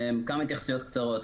כמה התייחסויות קצרות.